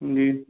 जी